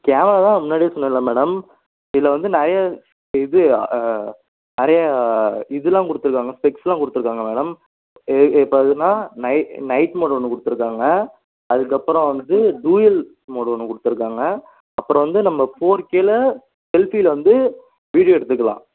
camera தான் முன்னாடியே சொன்னேன்ல மேடம் இதில் வந்து நிறைய இது நிறையா இதுலாம் கொடுத்துருக்காங்க பெக்ஸ்லாம் கொடுத்துருக்காங்க மேடம் ஏ இப்போ எதுனா நைட் நைட் மோடு ஒன்று கொடுத்துருக்காங்க அதற்கப்பறம் வந்து டூயல் மோடு ஒன்று கொடுத்துருக்காங்க அப்புறம் வந்து நம்ம ஃபோர் கேல செல்ஃபில வந்து வீடியோ எடுத்துக்கலாம்